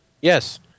Yes